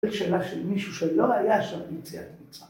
‫יש שאלה של מישהו ‫שלא היה שם ביציאת מצרים.